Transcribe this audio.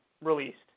released